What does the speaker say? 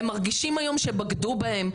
הם מרגישים היום שבגדו בהם.